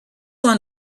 want